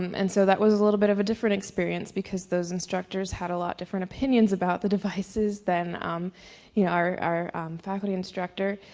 um and so that was a little bit of a different experience because those instructors had a lot different opinions about the devices. than you know our our faculty instructor.